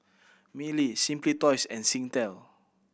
Mili Simply Toys and Singtel